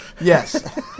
Yes